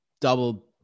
double